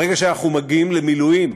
ברגע שאנחנו מגיעים למילואים,